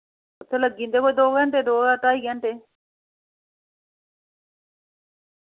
उत्थै लग्गी जंदे कोई दो घैंटे दो जां ढ़ाई घैंटे